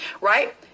right